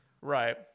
Right